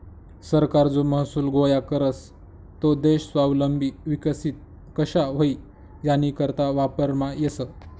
सरकार जो महसूल गोया करस तो देश स्वावलंबी विकसित कशा व्हई यानीकरता वापरमा येस